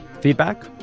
feedback